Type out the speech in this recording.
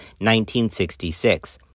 1966